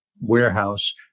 warehouse